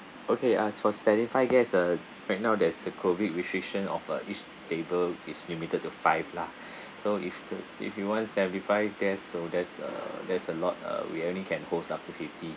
okay uh s~ for seventy five guests uh right now there's a COVID restriction of uh each table is limited to five lah so if the if you want seventy five guests so that's a that's a lot uh we only can host up to fifty